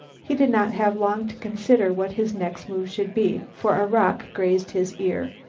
he did not have long to consider what his next move should be, for a rock grazed his ear.